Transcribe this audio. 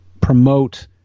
promote